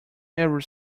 every